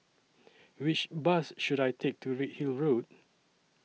Which Bus should I Take to Redhill Road